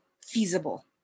feasible